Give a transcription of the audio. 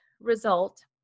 result